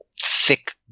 thick